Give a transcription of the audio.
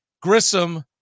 Grissom